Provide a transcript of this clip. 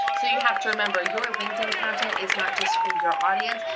so you have to remember, your linkedin content is not just for your audience,